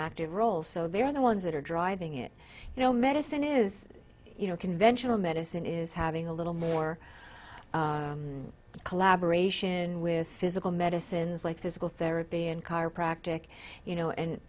active role so they're the ones that are driving it you know medicine is you know conventional medicine is having a little more collaboration with physical medicines like physical therapy and car practic you know and